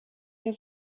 der